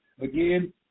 Again